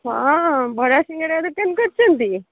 ହଁ ବରା ସିଙ୍ଗଡ଼ା ରେଟ୍ କେତେ ରଖିଛନ୍ତି